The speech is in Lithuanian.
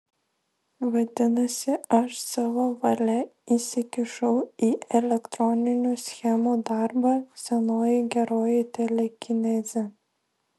vadinasi aš savo valia įsikišau į elektroninių schemų darbą senoji geroji telekinezė